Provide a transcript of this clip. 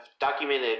documented